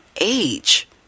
age